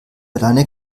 alleine